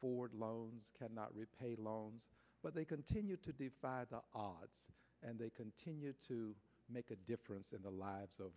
for loans cannot repay loans but they continue to defy the odds and they continue to make a difference in the lives of